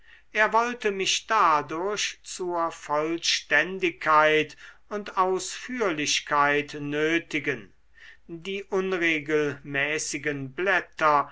er wollte mich dadurch zur vollständigkeit und ausführlichkeit nötigen die unregelmäßigen blätter